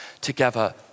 together